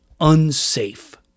unsafe